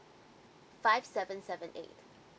five seven seven eight